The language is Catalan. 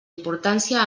importància